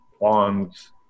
bonds